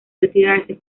retirarse